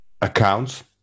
accounts